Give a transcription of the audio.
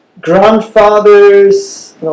grandfather's